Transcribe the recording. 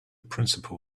principal